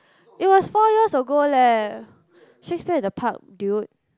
it was four years ago leh Shakespeare in the park dude